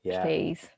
please